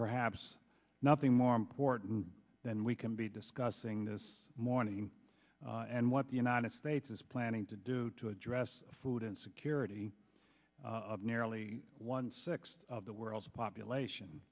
perhaps nothing more important than we can be discussing this morning and what the united states is planning to do to address food insecurity of nearly one sixth of the world's population